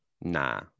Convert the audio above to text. Nah